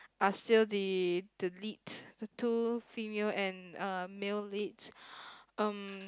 are still the the leads the two female and uh male leads um